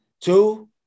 Two